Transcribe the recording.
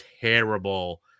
terrible